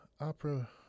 opera